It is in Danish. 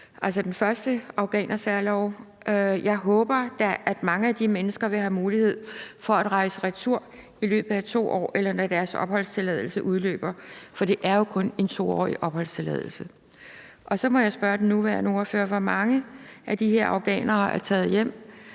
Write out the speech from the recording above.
altså den første afghanersærlov: Jeg håber da, at mange af de mennesker vil have mulighed for at rejse retur i løbet af 2 år, eller når deres opholdstilladelse udløber, for det er jo kun en 2-årig opholdstilladelse. Så må jeg spørge den nuværende ordfører: Hvor mange af de her afghanere er taget hjem,